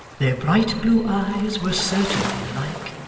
their bright blue eyes were certainly alike,